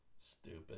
stupid